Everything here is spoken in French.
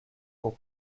pour